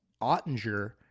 Ottinger